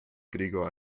gregor